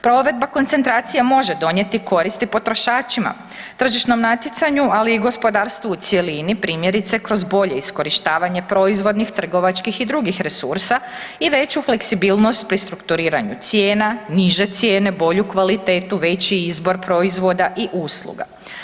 Provedba koncentracije može donijeti koristi potrošačima, tržišnom natjecanju ali i gospodarstvu u cjelini primjerice kroz bolje iskorištavanje proizvodnih, trgovačkih i drugih resursa i veću fleksibilnost pri strukturiranju cijena, niže cijene, bolju kvalitetu, veći izbor proizvoda i usluga.